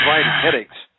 Headaches